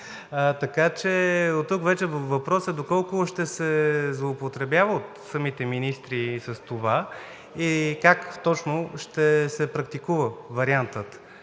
въпрос. Оттук вече въпросът е доколко ще се злоупотребява от самите министри с това и как точно ще се практикува вариантът